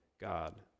God